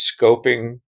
scoping